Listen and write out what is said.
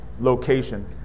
location